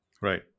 Right